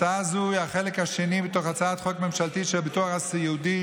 הצעה זו היא החלק השני מתוך הצעת חוק ממשלתית של הביטוח הסיעודי,